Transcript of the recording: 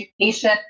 education